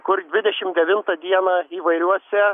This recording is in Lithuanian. kur dvidešimt devintą dieną įvairiuose